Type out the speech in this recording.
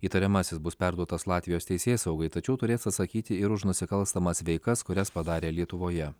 įtariamasis bus perduotas latvijos teisėsaugai tačiau turės atsakyti ir už nusikalstamas veikas kurias padarė lietuvoje